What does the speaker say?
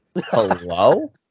hello